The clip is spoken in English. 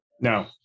No